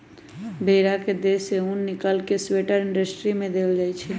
भेड़ा के देह से उन् निकाल कऽ स्वेटर इंडस्ट्री में देल जाइ छइ